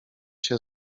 się